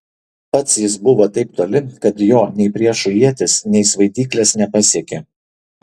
pats jis buvo taip toli kad jo nei priešų ietys nei svaidyklės nepasiekė